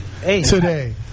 today